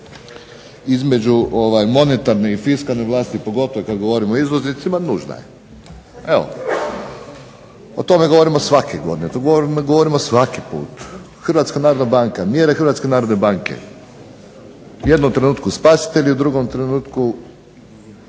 između monetarne i fiskalne vlasti, pogotovo kad govorimo o izvoznicima, nužna je. O tome govorimo svake godine, o tome govorimo svaki put. Hrvatska narodna banka, mjere Hrvatske narodne banke, u jednom trenutku spasitelji, u drugom trenutku